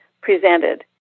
presented